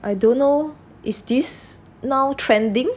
I don't know is this now trending